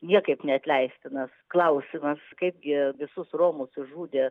niekaip neatleistinas klausimas kaip gi visus romus išžudė